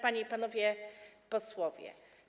Panie i Panowie Posłowie!